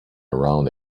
around